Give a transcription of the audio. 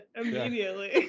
Immediately